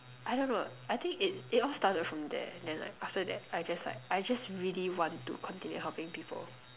I don't know I think it's it all started from there then like after that I just like I just really want to continue helping people